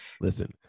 Listen